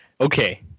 Okay